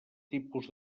tipus